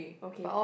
okay